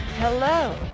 Hello